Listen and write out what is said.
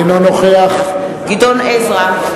אינו נוכח גדעון עזרא,